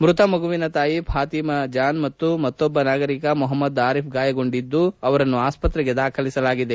ಮ್ಬತ ಮಗುವಿನ ತಾಯಿ ಪಾತಿಮಾ ಜಾನ್ ಮತ್ತು ಮತ್ತೊಬ್ಬ ನಾಗರೀಕ ಮೊಪಮ್ದದ್ ಆರಿಫ್ ಗಾಯಗೊಂಡಿದ್ದರು ಅವರನ್ನು ಆಸ್ವತ್ರೆಗೆ ದಾಖಲಿಸಲಾಗಿದೆ